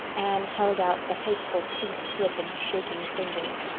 anne held out the hateful pink slip in shaking fingers.